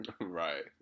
Right